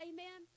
Amen